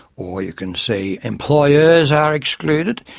or you can see employers are excluded,